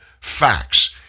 facts